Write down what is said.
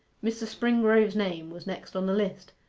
mr. springrove's name was next on the list,